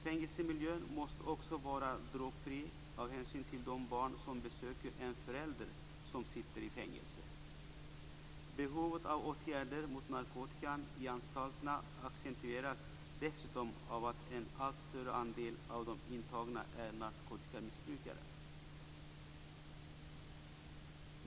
Fängelsemiljön måste vara drogfri också av hänsyn till de barn som besöker en förälder som sitter i fängelse. Behovet av åtgärder mot narkotikan i anstalterna accentueras dessutom av att en allt större andel av de intagna är narkotikamissbrukare.